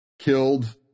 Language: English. Killed